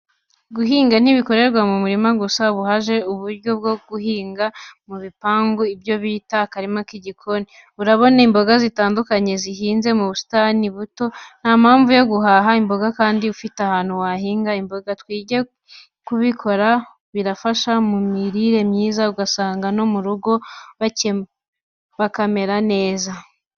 Guhinga ntibikorerwa mu mirima gusa, ubu haje uburyo bwiza bwo guhinga mu bipangu ibyo bita akarima k'igikoni, urabona imboga zitandukanye zihinze mu busitani buto. Ntampamvu yo guhaha imboga kandi ufite ahantu wahinga imboga, twige kubikora birafasha mu mirire myiza ugasanga no mu rugo bakamera neza.